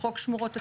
בחוק שמורות הטבע.